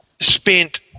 spent